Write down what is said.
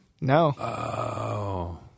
no